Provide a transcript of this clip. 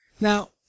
Now